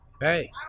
Hey